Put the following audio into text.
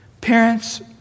Parents